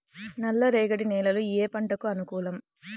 నల్ల రేగడి నేలలు ఏ పంటకు అనుకూలం?